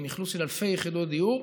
עם אכלוס של אלפי יחידות דיור,